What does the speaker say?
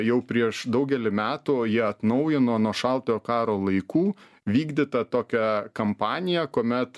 jau prieš daugelį metų o ji atnaujino nuo šaltojo karo laikų vykdytą tokią kampaniją kuomet